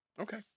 Okay